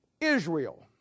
Israel